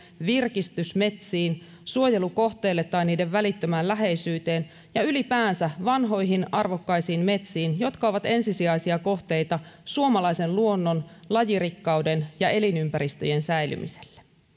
virkistysmetsiin suojelukohteille tai niiden välittömään läheisyyteen ja ylipäänsä vanhoihin arvokkaisiin metsiin jotka ovat ensisijaisia kohteita suomalaisen luonnon lajirikkauden ja elinympäristöjen säilymiselle